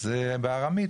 זה בארמית,